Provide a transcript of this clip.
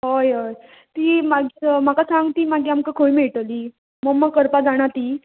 हय हय ती मागीर म्हाका सांग ती मागी आमकां खंय मेळटली मोम्मा करपा जाणा ती